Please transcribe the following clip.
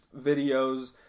videos